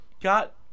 got